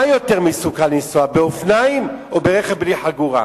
מה יותר מסוכן, לנסוע באופניים או ברכב בלי חגורה?